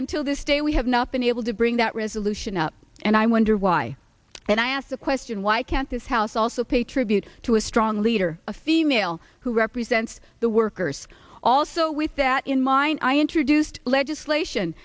until this day we have not been able to bring that resolution up and i wonder why and i ask the question why can't this house also pay tribute to a strong leader a female who represents the workers also with that in mind i introduced legislation